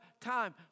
time